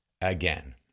again